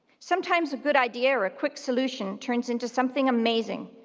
sometimes a good idea or a quick solution turns into something amazing.